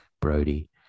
Brody